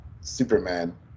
superman